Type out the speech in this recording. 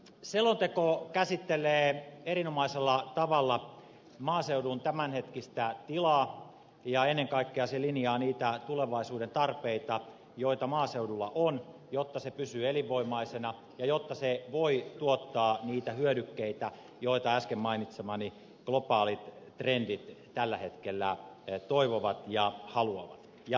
selonteko käsittelee erinomaisella tavalla maaseudun tämänhetkistä tilaa ja ennen kaikkea se linjaa niitä tulevaisuuden tarpeita joita maaseudulla on jotta se pysyy elinvoimaisena ja jotta se voi tuottaa niitä hyödykkeitä joita äsken mainitsemieni globaalien trendien mukaan tällä hetkellä toivotaan ja halutaan ja myöskin tarvitaan